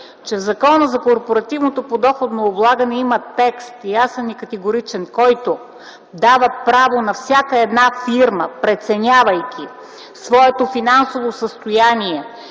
че в Закона за корпоративното подоходно облагане има ясен и категоричен текст, който дава право на всяка една фирма, преценявайки своето финансово състояние